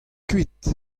kuit